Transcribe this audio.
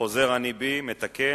חוזר אני בי ומתקן,